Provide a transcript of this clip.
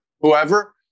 whoever